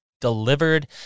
delivered